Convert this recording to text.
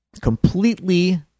completely